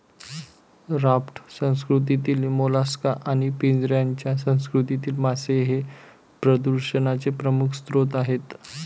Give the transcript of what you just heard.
raft संस्कृतीतील mollusc आणि पिंजऱ्याच्या संस्कृतीतील मासे हे प्रदूषणाचे प्रमुख स्रोत आहेत